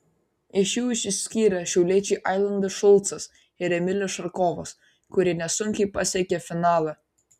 iš jų išsiskyrė šiauliečiai ailandas šulcas ir emilis šarkovas kurie nesunkiai pasiekė finalą